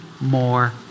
more